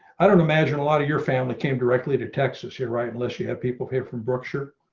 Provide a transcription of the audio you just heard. i don't imagine a lot of your family came directly to texas here, right, unless you have people here from berkshire